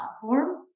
platform